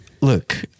Look